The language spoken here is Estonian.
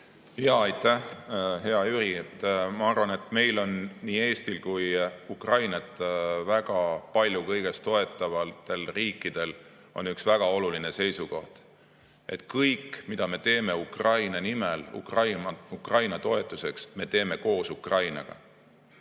Aitäh! Hea Jüri, ma arvan, et meil, nii Eestil kui ka muudel Ukrainat väga palju kõiges toetavatel riikidel on üks väga oluline seisukoht: kõike, mida me teeme Ukraina nimel, Ukraina toetuseks, me teeme koos Ukrainaga.